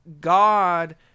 God